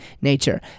nature